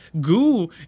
goo